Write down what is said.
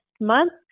month